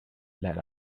let